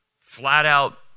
flat-out